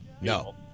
No